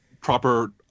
proper